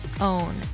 own